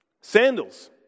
Sandals